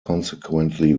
consequently